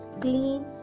clean